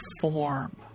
form